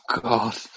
God